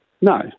No